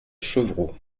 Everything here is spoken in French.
chevroux